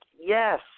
yes